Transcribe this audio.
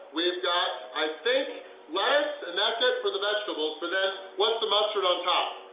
we've got i think lettuce and that's it for the vegetables! but then what's the mustard on top?